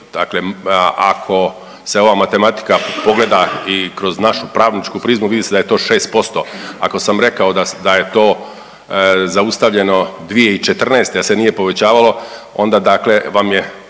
Dakle, ako se ova matematika pogleda i kroz našu pravničku prizmu vidi se da je to 6%, ako sam rekao da je to zaustavljeno 2014. da se nije povećalo onda dakle